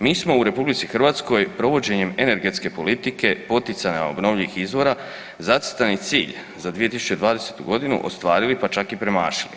Mi smo u RH provođenjem energetske politike poticanja obnovljivih izvora, zacrtani cilj za 2020. g. ostvarili pa čak i premašili.